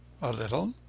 a little.